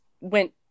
went